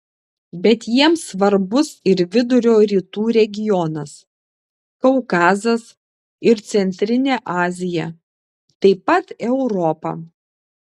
bet jiems svarbus ir vidurio rytų regionas kaukazas ir centrinė azija taip pat europa